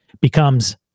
becomes